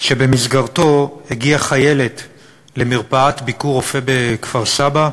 שחיילת הגיעה למרפאת "ביקורופא" בכפר-סבא,